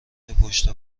پشت